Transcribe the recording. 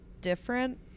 different